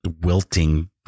wilting